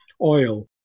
oil